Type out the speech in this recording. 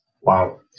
Wow